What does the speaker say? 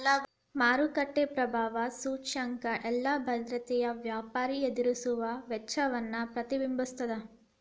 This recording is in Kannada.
ಮಾರುಕಟ್ಟೆ ಪ್ರಭಾವ ಸೂಚ್ಯಂಕ ಎಲ್ಲಾ ಭದ್ರತೆಯ ವ್ಯಾಪಾರಿ ಎದುರಿಸುವ ವೆಚ್ಚವನ್ನ ಪ್ರತಿಬಿಂಬಿಸ್ತದ